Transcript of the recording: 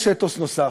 יש אתוס נוסף,